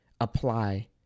apply